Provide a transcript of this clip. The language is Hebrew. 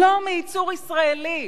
לא, מייצור ישראלי.